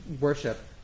worship